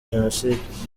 jenoside